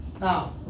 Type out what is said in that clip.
Now